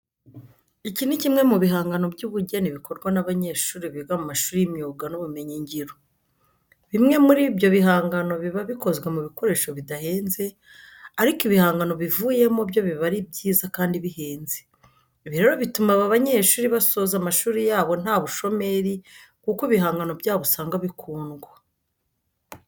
Iki ni kimwe mu bihangano by'ubugeni bikorwa n'abanyeshuri biga mu mashuri y'imyuga n'ibumenyingiro. Bimwe muri ibyo bihangano biba bikozwe mu bikoresho bidahenze ariko ibihangano bivuyemo byo biba ari byiza kandi bihenze. Ibi rero bituma aba banyeshuri basoza amashuri yabo nta bushomeri kuko ibihangano byabo usanga bikundwa.